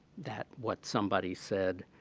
that what somebody said